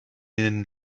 den